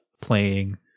playing